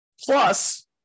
Plus